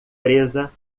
presa